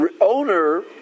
owner